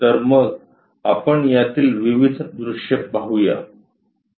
तर मग आपण यातली विविध दृश्ये पाहू या